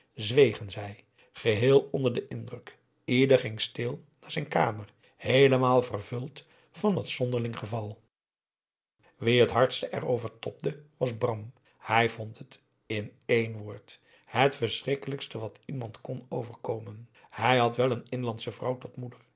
zwegen zij geheel onder den indruk ieder ging stil naar zijn kamer heelemaal vervuld van het zonderling geval wie het hardste erover tobde was bram hij vond het in één woord het verschrikkelijkste wat iemand kon overkomen hij had wel een inlandsche vrouw tot moeder